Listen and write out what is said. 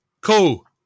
Cool